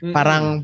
Parang